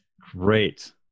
Great